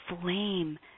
flame